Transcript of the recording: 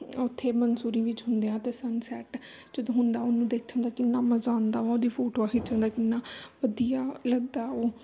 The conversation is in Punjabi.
ਉੱਥੇ ਮਨਸੂਰੀ ਵਿੱਚ ਹੁੰਦੇ ਹਾਂ ਅਤੇ ਸਨਸੈਟ ਜਦੋਂ ਹੁੰਦਾ ਉਹਨੂੰ ਦੇਖਣ ਦਾ ਕਿੰਨਾ ਮਜ਼ਾ ਆਉਂਦਾ ਵਾ ਉਹਦੀ ਫੋਟੋਆਂ ਖਿੱਚਣ ਦਾ ਕਿੰਨਾ ਵਧੀਆ ਲੱਗਦਾ ਉਹ